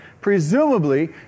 Presumably